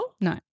No